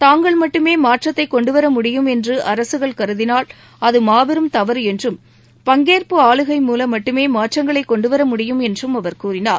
தாங்கள் மட்டுமே மாற்றத்தை கொண்டுவரமுடியும் என்று அரசுகள் கருதினால் அது மாபெரும் தவறு என்றும் பங்கேற்பு ஆளுகை மூலம் மட்டுமே மாற்றங்களை கொண்டுவரமுடியும் என்றும் அவர் கூறினார்